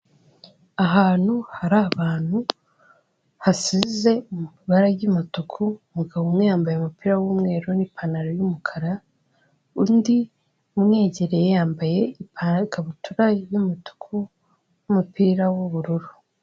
Ahantu hari abantu, hasize ibara ry'umutuku, umugabo umwe yambaye umupira w'umweru, n'ipantaro y'umukara, undi umwegereye yambaye ipantaro n'ikabutura y'umutuku, n'umupira w'ubururu.